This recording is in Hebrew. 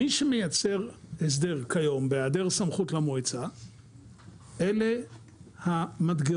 מי שמייצר הסדר כיום בהיעדר סמכות למועצה אלה המדגרות.